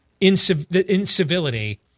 incivility